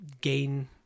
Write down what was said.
gain